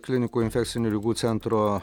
klinikų infekcinių ligų centro